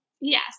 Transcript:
Yes